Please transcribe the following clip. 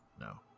No